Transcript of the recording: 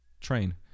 train